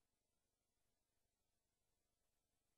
דבר, דבר במספרים, אקוניס.